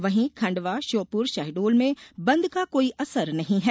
वहीं खंडवा श्योपुर शहडोल में बंद का कोई असर नहीं है